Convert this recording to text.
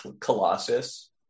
colossus